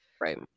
right